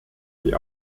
die